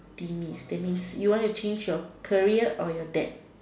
demise that means you wanna change your career or your death